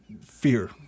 fear